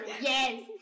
yes